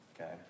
okay